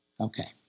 Okay